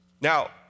Now